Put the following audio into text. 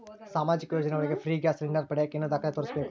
ಸಾಮಾಜಿಕ ಯೋಜನೆ ಒಳಗ ಫ್ರೇ ಗ್ಯಾಸ್ ಸಿಲಿಂಡರ್ ಪಡಿಯಾಕ ಏನು ದಾಖಲೆ ತೋರಿಸ್ಬೇಕು?